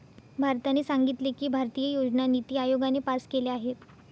भारताने सांगितले की, भारतीय योजना निती आयोगाने पास केल्या आहेत